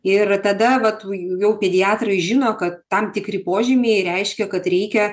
ir tada va tu jau pediatrai žino kad tam tikri požymiai reiškia kad reikia